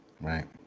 Right